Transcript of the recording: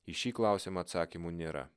į šį klausimą atsakymų nėra